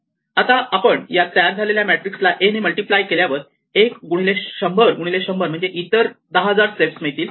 आता आपण या तयार झालेल्या मॅट्रिक्स ला A ने मल्टिप्लाय केल्यावर 1 गुणिले 100 गुणिले 100 म्हणजे इतर 10000 स्टेप मिळतील